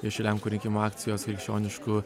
iš lenkų rinkimų akcijos krikščioniškų